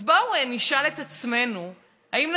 אז בואו נשאל את עצמנו אם,